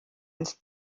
ins